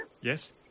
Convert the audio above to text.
Yes